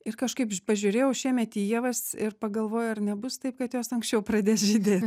ir kažkaip pažiūrėjau šiemet į ievas ir pagalvojau ar nebus taip kad jos anksčiau pradės žydė